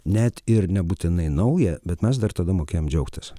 net ir nebūtinai nauja bet mes dar tada mokėjom džiaugtis